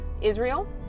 Israel